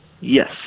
Yes